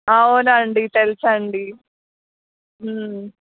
అవునా అండీ తెలుసండి